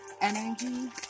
energy